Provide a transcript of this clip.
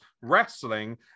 wrestling